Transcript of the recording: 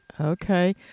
Okay